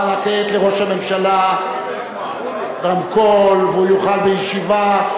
נא לתת לראש הממשלה רמקול, והוא יוכל בישיבה,